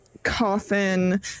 coffin